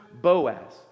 Boaz